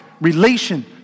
relation